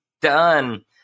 done